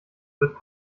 wird